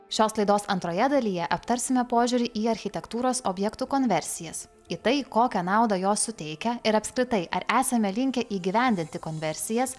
šios laidos antroje dalyje aptarsime požiūrį į architektūros objektų konversijas į tai kokią naudą jos suteikia ir apskritai ar esame linkę įgyvendinti konversijas